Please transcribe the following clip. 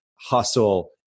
hustle